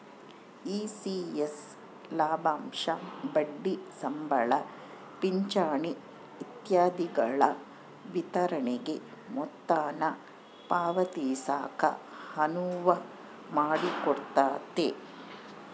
ECS ಲಾಭಾಂಶ ಬಡ್ಡಿ ಸಂಬಳ ಪಿಂಚಣಿ ಇತ್ಯಾದಿಗುಳ ವಿತರಣೆಗೆ ಮೊತ್ತಾನ ಪಾವತಿಸಾಕ ಅನುವು ಮಾಡಿಕೊಡ್ತತೆ